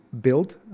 build